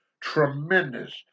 tremendous